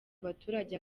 abaturage